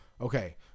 Okay